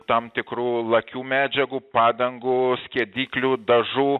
tam tikrų lakių medžiagų padangų skiediklių dažų